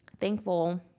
thankful